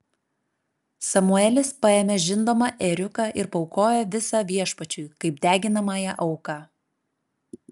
samuelis paėmė žindomą ėriuką ir paaukojo visą viešpačiui kaip deginamąją auką